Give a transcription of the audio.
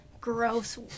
gross